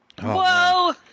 Whoa